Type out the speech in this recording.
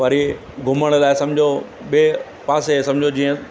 वरी घुमण लाइ सम्झो ॿिए पासे सम्झो जीअं